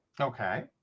okay